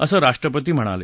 असं राष्ट्रपती म्हणाले